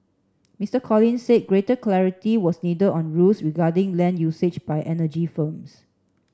Mister Collins said greater clarity was need on rules regarding land usage by energy firms